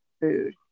food